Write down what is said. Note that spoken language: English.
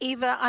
Eva